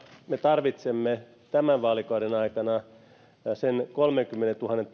me tarvitsemme tämän vaalikauden aikana sen kolmenkymmenentuhannen